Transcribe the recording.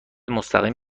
مستقیم